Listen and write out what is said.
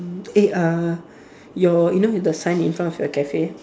eh uh your you know the sign in front of your cafe